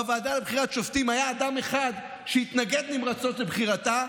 בוועדה לבחירת שופטים היה אדם אחד שהתנגד נמרצות לבחירתה,